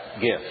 gift